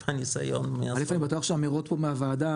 מבחן ניסיון -- הייתי בטוח שהאמירות פה בוועדה